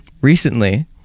recently